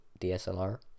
DSLR